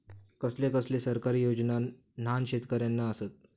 कसले कसले सरकारी योजना न्हान शेतकऱ्यांना आसत?